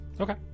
Okay